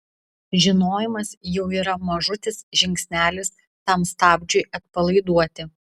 žinojimas jau yra mažutis žingsnelis tam stabdžiui atpalaiduoti